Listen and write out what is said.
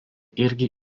irgi